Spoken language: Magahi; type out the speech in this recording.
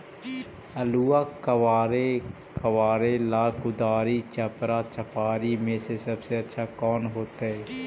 आलुआ कबारेला कुदारी, चपरा, चपारी में से सबसे अच्छा कौन होतई?